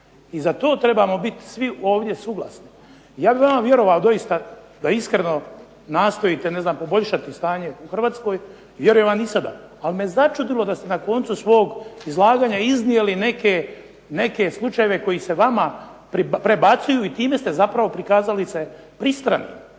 I za to trebamo bit svi ovdje suglasni. Ja bih vama vjerovao doista da iskreno nastojite poboljšati stanje u Hrvatskoj. Vjerujem vam i sada, ali me začudilo da ste na koncu svog izlaganja iznijeli neke slučajeve koji se vama prebacuju i time ste zapravo prikazali se pristranim.